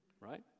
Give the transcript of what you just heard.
right